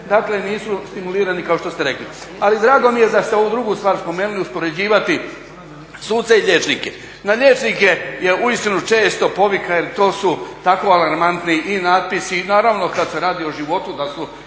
način nisu stimulirani kako ste rekli. Ali drago mi je da ste ovu drugu stvar spomenuli uspoređivati suce i liječnike. Na liječnike je uistinu često povika jer to su tako alarmantni i natpisi i naravno kada se radi o životu da su